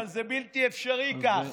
אבל זה בלתי אפשרי כך,